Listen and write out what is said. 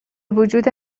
وجود